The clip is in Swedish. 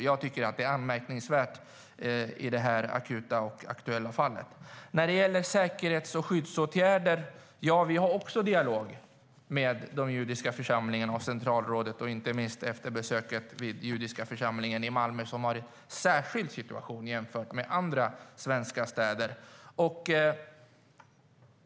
Jag tycker att detta är anmärkningsvärt i det här akuta och aktuella fallet. När det gäller säkerhets och skyddsåtgärder har vi också en dialog med de judiska församlingarna och centralrådet, inte minst efter besöket vid den judiska församlingen i Malmö, som har en särskild situation jämfört med andra svenska städer.